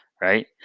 right